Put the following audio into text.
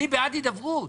אני בעד הידברות.